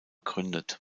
gründet